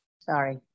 sorry